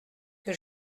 que